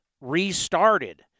restarted